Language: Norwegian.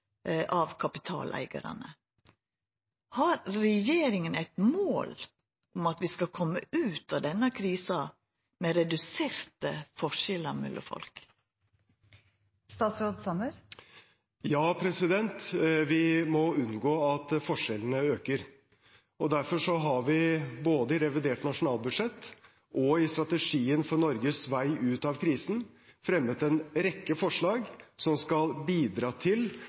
av kapitaleigarane. Har regjeringa eit mål om at vi skal koma ut av denne krisa med reduserte forskjellar mellom folk? Ja, vi må unngå at forskjellene øker. Derfor har vi både i revidert nasjonalbudsjett og i strategien for Norges vei ut av krisen fremmet en rekke forslag som skal bidra til